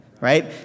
right